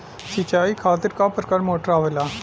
सिचाई खातीर क प्रकार मोटर आवेला?